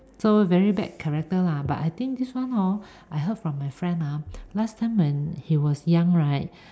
so very bad character lah but I think this one hor I heard from my friend ah last time when he was young right